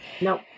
No